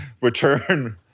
return